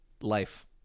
life